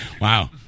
Wow